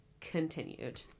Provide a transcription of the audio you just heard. continued